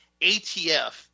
ATF